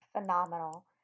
phenomenal